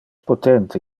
potente